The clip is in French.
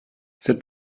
cette